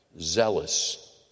zealous